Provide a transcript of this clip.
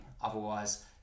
Otherwise